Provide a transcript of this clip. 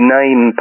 name